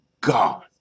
god